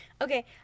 Okay